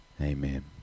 Amen